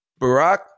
Barack